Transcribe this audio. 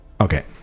okay